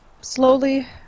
slowly